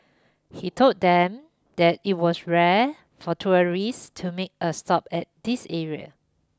he told them that it was rare for tourists to make a stop at this area